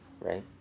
right